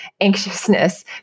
anxiousness